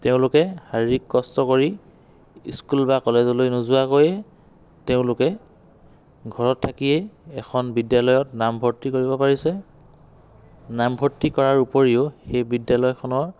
তেওঁলোকে শাৰীৰিক কষ্ট কৰি স্কুল বা কলেজলৈ নোযোৱাকৈয়ে তেওঁলোকে ঘৰত থাকিয়েই এখন বিদ্যালয়ত নামভৰ্তি কৰিব পাৰিছে নামভৰ্তি কৰাৰ উপৰিও সেই বিদ্যালয়খনৰ